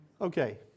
Okay